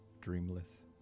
dreamless